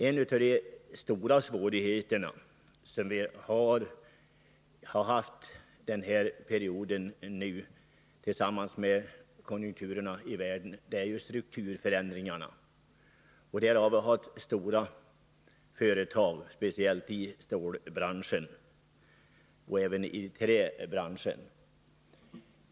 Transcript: En av de stora svårigheter som vi har haft under den här perioden — förutom följderna av konjunkturerna i världen — är strukturförändringarna. Vi har stora företag, speciellt i stålbranschen men även i träbranschen.